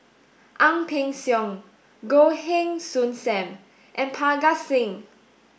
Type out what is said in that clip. Ang Peng Siong Goh Heng Soon Sam and Parga Singh